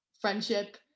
friendship